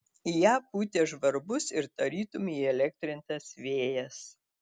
į ją pūtė žvarbus ir tarytum įelektrintas vėjas